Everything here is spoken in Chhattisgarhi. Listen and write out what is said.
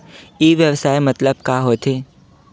ई व्यवसाय मतलब का होथे?